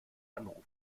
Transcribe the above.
anrufen